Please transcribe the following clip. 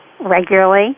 regularly